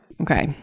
Okay